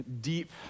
deep